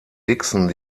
dixon